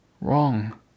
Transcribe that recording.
wrong